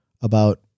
about-